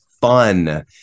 fun